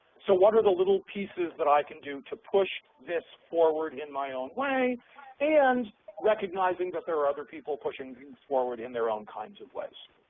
so what are the little pieces that i can do to push this forward in my own way and recognizing that there are other people pushing forward in their own kinds of ways.